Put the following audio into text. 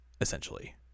essentially